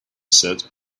said